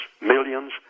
millions